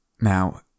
Now